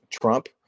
Trump